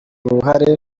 ruhare